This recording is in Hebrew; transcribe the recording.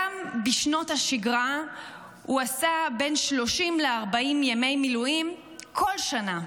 גם בשנות השגרה הוא עשה בין 30 ל-40 ימי מילואים כל שנה.